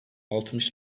altmış